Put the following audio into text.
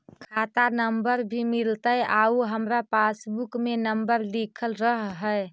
खाता नंबर भी मिलतै आउ हमरा पासबुक में नंबर लिखल रह है?